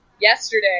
yesterday